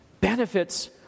benefits